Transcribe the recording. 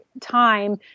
time